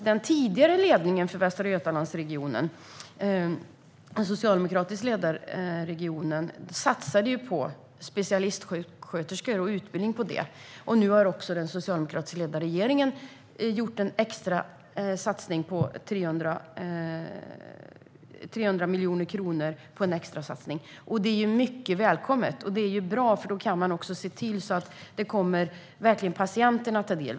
Den tidigare socialdemokratiska ledningen för Västra Götalandsregionen satsade på specialistsjuksköterskor och utbildningen av dem. Nu har också den socialdemokratiskt ledda regeringen gjort en extra satsning på 300 miljoner kronor. Det är mycket välkommet och bra, för man kan se till att detta verkligen kommer patienterna till del.